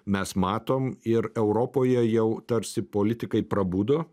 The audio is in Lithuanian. mes matom ir europoje jau tarsi politikai prabudo